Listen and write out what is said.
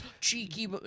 cheeky